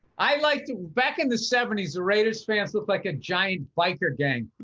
i liked back in the seventies, the raiders fans looked like a giant biker gang.